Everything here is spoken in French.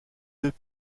deux